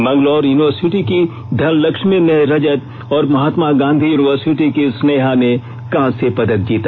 Manglaur university की धनलक्ष्मी ने रजत और महात्मा गांधी यूनिवर्सिटी की स्नेहा ने कांस्य पदक जीता